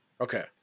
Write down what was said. Okay